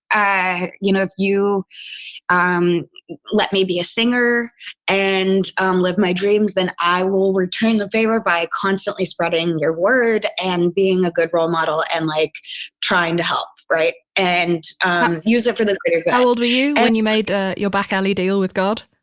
you know, if you um let me be a singer and um live my dreams, then i will return the favor by constantly spreading your word and being a good role model and like trying to help. right? and um use it for the greater good how old were you when you made your back alley deal with god?